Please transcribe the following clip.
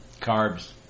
carbs